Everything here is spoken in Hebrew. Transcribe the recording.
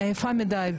אני עייפה מדי.